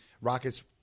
Rockets